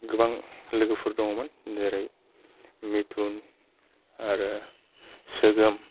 गोबां लोगोफोर दङमोन जेरै मिथुन आरो सोगोम